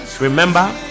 remember